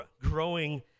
growing